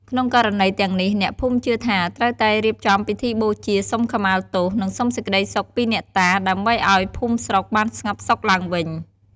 ក្នុងករណីទាំងនេះ អ្នកភូមិជឿថាត្រូវតែរៀបចំពិធីបូជាសុំខមាទោស និងសុំសេចក្តីសុខពីអ្នកតា ដើម្បីឲ្យភូមិស្រុកបានស្ងប់សុខឡើងវិញ។